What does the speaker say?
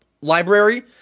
library